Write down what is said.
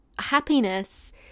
happiness